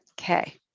Okay